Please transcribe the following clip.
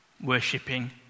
worshipping